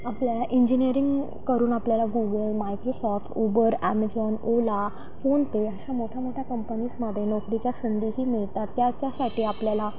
आपल्या इंजिनिअरिंग करून आपल्याला Google Microsoft Uber Amazon Ola PhonePe अशा मोठ्या मोठ्या कंपनीजमध्ये नोकरीच्या संंधीही मिळतात त्याच्यासाठी आपल्याला